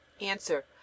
Answer